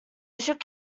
shook